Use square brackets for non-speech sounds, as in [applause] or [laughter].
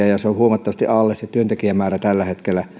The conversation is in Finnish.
[unintelligible] ja työntekijämäärä siellä hätäkeskuksessa on huomattavasti alle sen tällä hetkellä [unintelligible]